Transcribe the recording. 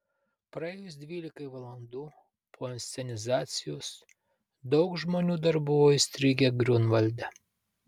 praėjus dvylikai valandų po inscenizacijos daug žmonių dar buvo įstrigę griunvalde